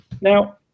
Now